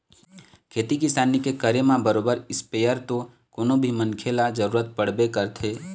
खेती किसानी के करे म बरोबर इस्पेयर तो कोनो भी मनखे ल जरुरत पड़बे करथे